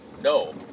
No